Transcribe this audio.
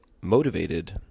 motivated